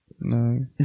No